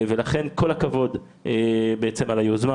ולכן כל הכבוד על היוזמה,